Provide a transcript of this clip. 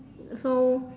so